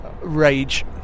rage